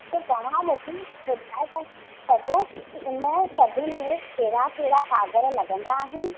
त तव्हां मूंखे ॿुधाइ था सघो के इन सभिनि में कहिड़ा कहिड़ा काॻर लॻंदा आहिनि